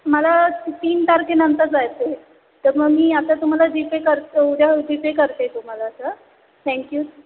मला तीन तारखेनंतर जायचं आहे तर मग मी आता तुम्हाला जीपे कर उद्या जीपे करते तुम्हाला सर थँक्यू